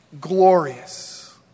glorious